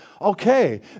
okay